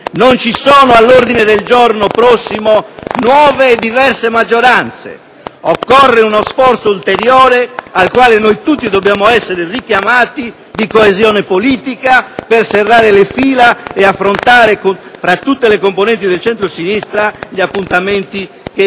Non ci sono all'ordine del giorno prossimo nuove e diverse maggioranze. Occorre uno sforzo ulteriore, al quale noi tutti dobbiamo essere richiamati, di coesione politica per serrare le fila e affrontare, fra tutte le componenti del centro-sinistra, gli appuntamenti che